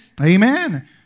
Amen